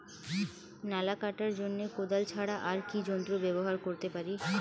নালা কাটার জন্য কোদাল ছাড়া আর কি যন্ত্র ব্যবহার করতে পারি?